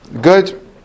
Good